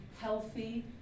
healthy